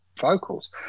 vocals